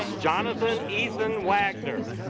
jonathan ethan wagner